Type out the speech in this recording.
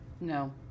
No